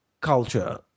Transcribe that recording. culture